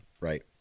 Right